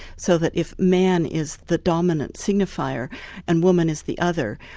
so that if man is the dominant signifier and woman is the other,